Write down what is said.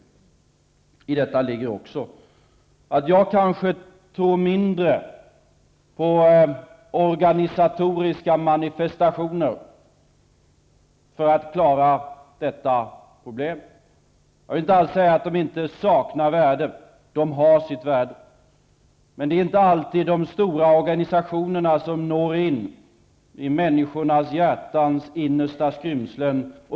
I vad jag har sagt ligger också att jag kanske tror mindre på organisatoriska manifestationer för att klara problemen. Jag vill inte säga att manifestationerna saknar värde. De har sitt värde. Men det är inte alltid som de stora organisationerna når in i det mänskliga hjärtats innersta skrymslen.